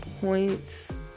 points